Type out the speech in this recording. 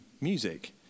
music